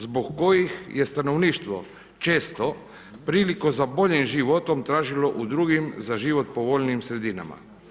Zbog kojih je stanovništvo često priliku za boljim životom tražilo u drugim za život povoljnijim sredinama.